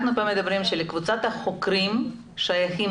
אנחנו מדברים על כך שלקבוצת החוקרים שייכים